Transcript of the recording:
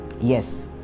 yes